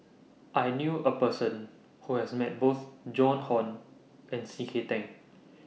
I knew A Person Who has Met Both Joan Hon and C K Tang